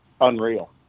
unreal